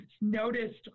noticed